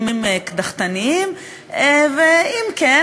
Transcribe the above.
משהו כזה,